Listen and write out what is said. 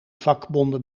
vakbonden